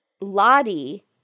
Lottie